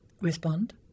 respond